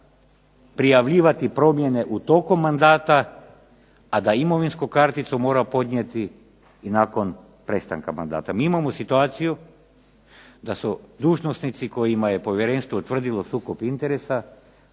prijavljivati promjene u tokom mandata, a da imovinsku karticu mora podnijeti i nakon prestanka mandata. Mi imamo situaciju da su dužnosnici kojima je povjerenstvo utvrdilo sukob interesa